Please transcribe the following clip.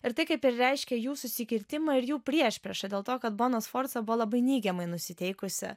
ir tai kaip ir reiškia jų susikirtimą ir jų priešpriešą dėl to kad bona sforza buvo labai neigiamai nusiteikusi